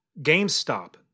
GameStop